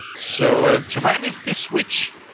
so, to manage this switch.